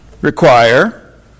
require